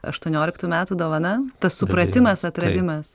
aštuonioliktų metų dovana tas supratimas atradimas